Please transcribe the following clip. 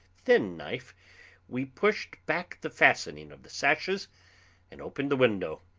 thin knife we pushed back the fastening of the sashes and opened the window.